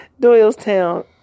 Doylestown